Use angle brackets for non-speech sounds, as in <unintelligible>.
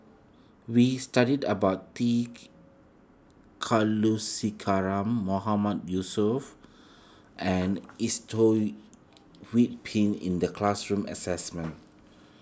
we studied about T <unintelligible> Kulasekaram Mahmood Yusof and <unintelligible> Hui Pin in the classroom assignment